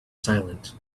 silent